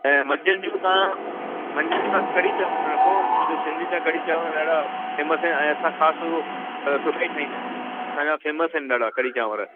ऐं मंझंदि जो तव्हां मंझंदि जो तव्हां कढ़ी चांवर रखो छो जो सिंधीयुनि जा कढ़ी चांवर ॾाढा फेमस आहिनि ऐं असां ख़ासि हो त सुठा ई ठाहींदा आहियूं असांजा फेमस आहिनि ॾाढा कढ़ी चांवर